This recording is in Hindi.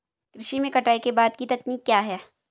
कृषि में कटाई के बाद की तकनीक क्या है?